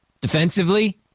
defensively